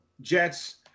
Jets